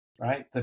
right